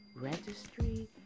Registry